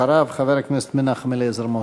אחריו, חבר הכנסת מנחם אליעזר מוזס.